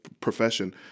profession